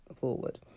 forward